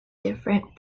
different